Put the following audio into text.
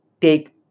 take